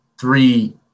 three